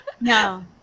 No